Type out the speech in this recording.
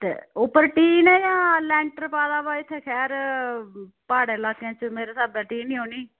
ते उप्पर टीन ऐ जां लैंटर पाए दा पाई इत्थै शैह्र प्हाड़ें ल्हाकें मेरे साह्बै टीन ही होनी